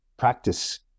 practice